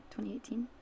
2018